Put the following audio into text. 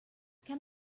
can